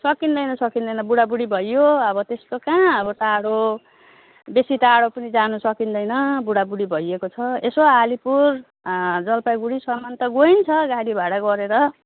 सकिँदैन सकिँदैन बुढाबुढी भइयो अब त्यस्तो कहाँ अब टाढो बेसी टाढो पनि जानु सकिँदैन बुढाबुढी भइएको छ यसो अलिपुर जलपाइगुडीसम्म त गइन्छ गाडी भाडा गरेर